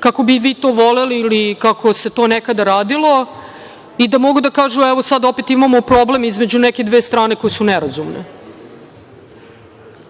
kako bi vi to voleli ili kako se to nekada radilo i da mogu da kažu, evo, sad opet imamo problem između neke dve strane koje su nerazumne.